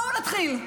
בואו נתחיל.